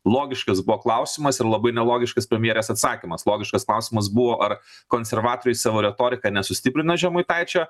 logiškas buvo klausimas ir labai nelogiškas premjerės atsakymas logiškas klausimas buvo ar konservatoriai savo retorika nesustiprina žemaitaičio